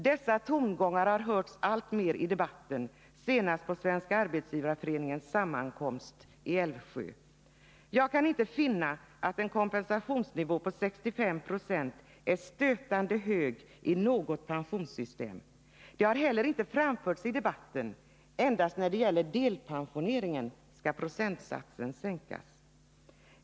Motsatta tongångar har dock hörts allt oftare i debatten, senast på Svenska arbetsgivareföreningens sammankomst i Älvsjö. Jag kan inte finna att en kompensationsnivå på 65 96 är stötande hög i något pensionssystem. Det har heller inte framförts i debatten. Endast när det gäller delpensioneringen skall procentsatsen sänkas.